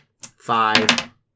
Five